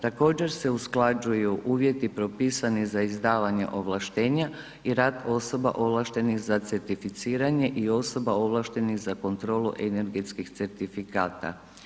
Također se usklađuju uvjeti propisani za izdavanje ovlaštenja i rad osoba ovlaštenih za certificiranje i osoba ovlaštenih za kontrolu energetskih certifikata.